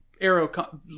arrow